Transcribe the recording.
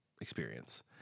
experience